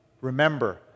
Remember